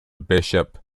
bishop